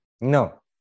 No